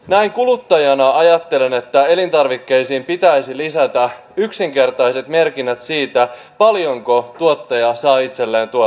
näin kuluttajana ajattelen että elintarvikkeisiin pitäisi lisätä yksinkertaiset merkinnät siitä paljonko tuottaja saa itselleen tuotteesta